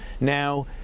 now